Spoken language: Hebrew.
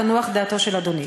תנוח דעתו של אדוני.